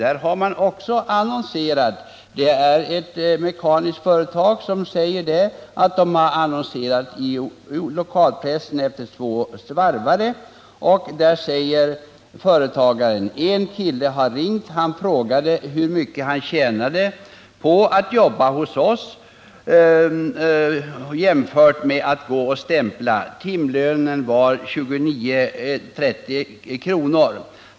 Där har en mekanisk verkstad annonserat i lokalpressen efter två svarvare. Företagaren säger: En kille har ringt. Han frågade hur mycket han tjänade på att jobba hos oss jämfört med att gå och stämpla. Timlönen var 29-30 kr.